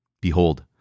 Behold